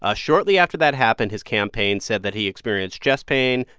ah shortly after that happened, his campaign said that he experienced chest pain.